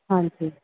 ਹਾਂਜੀ